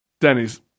Denny's